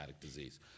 disease